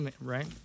Right